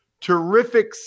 terrific